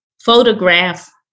Photograph